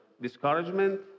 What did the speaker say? discouragement